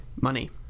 Money